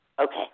Okay